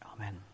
Amen